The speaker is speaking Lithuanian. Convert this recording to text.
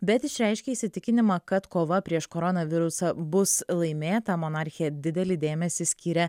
bet išreiškė įsitikinimą kad kova prieš koronavirusą bus laimėta monarchė didelį dėmesį skyrė